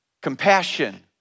compassion